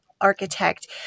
architect